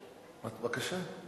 אז בבקשה.